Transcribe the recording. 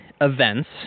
events